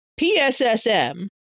PSSM